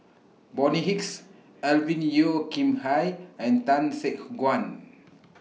Bonny Hicks Alvin Yeo Khirn Hai and Tan Guan